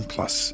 Plus